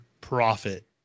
profit